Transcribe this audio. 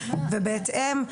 ובהתאם,